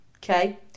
Okay